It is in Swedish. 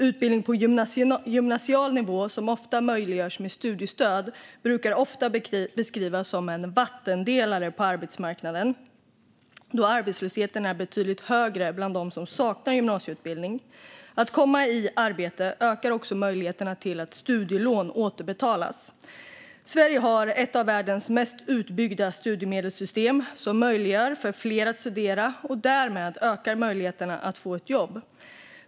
Utbildning på gymnasial nivå, som ofta möjliggörs med studiestöd, brukar ofta beskrivas som en vattendelare på arbetsmarknaden då arbetslösheten är betydligt högre bland dem som saknar gymnasieutbildning. Att komma i arbete ökar också möjligheterna till att studielån återbetalas. Sverige har ett av världens mest utbyggda studiemedelssystem som möjliggör för fler att studera, och därmed ökar möjligheterna att få ett jobb.